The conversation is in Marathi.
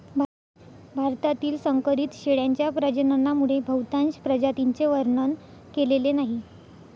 भारतातील संकरित शेळ्यांच्या प्रजननामुळे बहुतांश प्रजातींचे वर्णन केलेले नाही